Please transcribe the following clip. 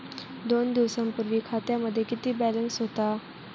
दोन दिवसांपूर्वी खात्यामध्ये किती बॅलन्स होता?